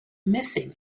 missing